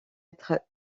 être